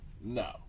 No